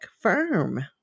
firm